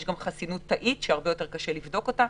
יש גם חסינות תאית, שהרבה יותר קשה לבדוק אותה.